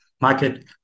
market